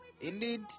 indeed